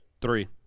Three